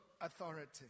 authority